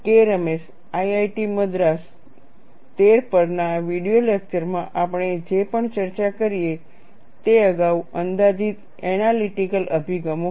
Ramesh IIT Madras 13 પરના video લેક્ચરમાં આપણે જે પણ ચર્ચા કરીએ તે અગાઉ અંદાજિત એનલિટીકલ અભિગમો હતા